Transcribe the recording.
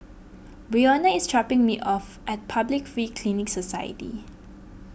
Brionna is dropping me off at Public Free Clinic Society